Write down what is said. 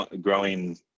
growing